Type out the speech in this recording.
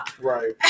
right